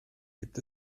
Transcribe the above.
gibt